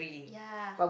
ya